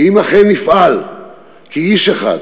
ואם אכן נפעל כאיש אחד,